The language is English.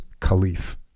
caliph